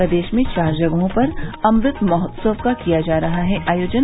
प्रदेश में चार जगहों पर अमृत महोत्सव का किया जा रहा है आयोजन